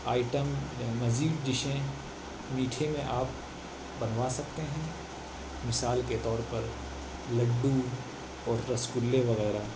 item یا مزید ڈشیں میٹھے میں آپ بنوا سکتے ہیں مثال کے طور پر لڈو اور رسگلے وغیرہ